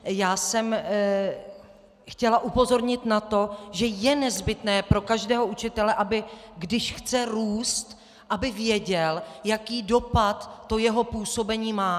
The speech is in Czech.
Já jsem chtěla upozornit na to, že je nezbytné pro každého učitele, když chce růst, aby věděl, jaký dopad jeho působení má.